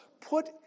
put